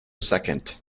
second